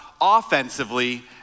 offensively